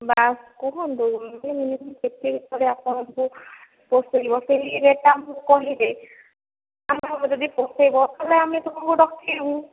ବାସ କୁହନ୍ତୁ କେତେ କ'ଣ ଆପଣଙ୍କୁ ପୋଷାଇବ ସେହି ରେଟ ଟା ଆମକୁ କହିବେ ଆମକୁ ଯଦି ପୋଷାଇବ ତାହେଲେ ଆମେ ଆପଣଙ୍କୁ ଡକାଇବୁ